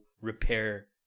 repair